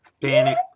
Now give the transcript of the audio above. Panic